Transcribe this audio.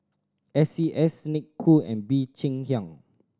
S C S Snek Ku and Bee Cheng Hiang